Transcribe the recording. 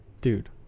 Dude